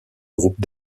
groupe